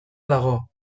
dago